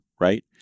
Right